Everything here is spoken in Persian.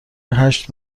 هشت